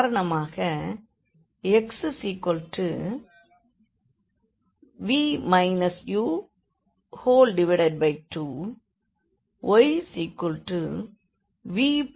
உதாரணமாக xv u2yvu2